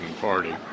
Party